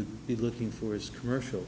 would be looking for is commercial